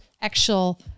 actual